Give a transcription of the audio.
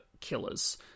killers